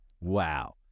Wow